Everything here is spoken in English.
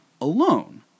alone